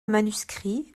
manuscrit